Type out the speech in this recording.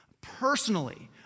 Personally